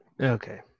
Okay